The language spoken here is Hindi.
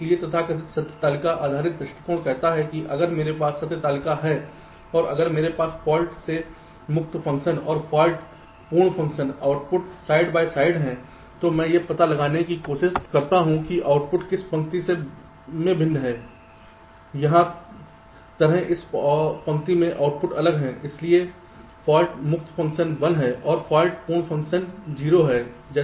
इसलिए तथाकथित सत्य तालिका आधारित दृष्टिकोण कहता है कि अगर मेरे पास सत्य तालिका है और अगर मेरे पास फाल्ट से मुक्त फ़ंक्शन और फाल्ट पूर्ण function output side by side है तो मैं यह पता लगाने की कोशिश करता हूं कि आउटपुट किस पंक्ति में भिन्न हैं यहाँ तरह इस पंक्ति में आउटपुट अलग है इसलिए फाल्ट मुक्त फ़ंक्शन 1 है और फाल्ट पूर्ण फ़ंक्शन 0 है